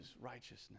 righteousness